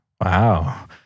wow